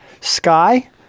sky